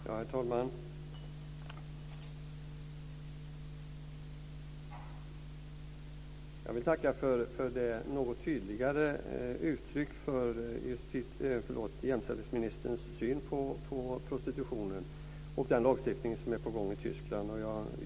Herr talman! Jag vill tacka för det något tydligare uttrycket för jämställdhetsministerns syn på prostitutionen och den lagstiftning som är på gång i Tyskland.